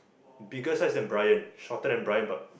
bigger size than Bryan shorter than Bryan but